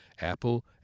Apple